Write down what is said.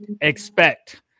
expect